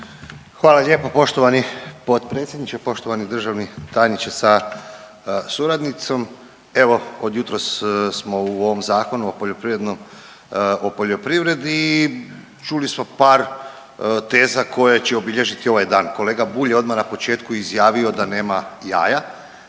Hvala lijepo poštovani potpredsjedniče, poštovani državni tajniče sa suradnicom. Evo od jutros smo u ovom Zakonu o poljoprivredi, čuli smo par teza koje će obilježiti ovaj dan. Kolega Bulj je odmah na početku izjavio da nema jaja,